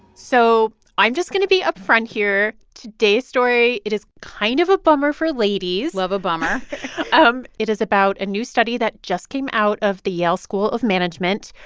so i'm just going to be upfront here. today's story it is kind of a bummer for ladies love a bummer um it is about a new study that just came out of the yale school of management,